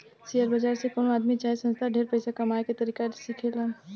share बाजार से कवनो आदमी चाहे संस्था ढेर पइसा कमाए के तरीका सिखेलन